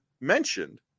mentioned